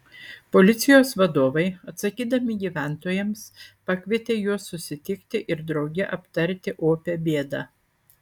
policijos vadovai atsakydami gyventojams pakvietė juos susitikti ir drauge aptarti opią bėdą